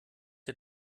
dir